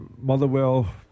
Motherwell